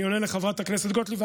אני עונה לחברת הכנסת גוטליב,